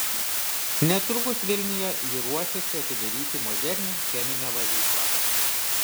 netrukus vilniuje ji ruošiasi atidaryti modernią cheminę valyklą